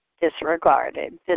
disregarded